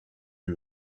and